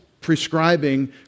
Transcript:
prescribing